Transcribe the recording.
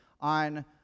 on